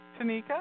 Tanika